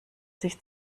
sich